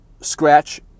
scratch